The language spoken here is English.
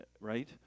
Right